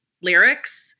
lyrics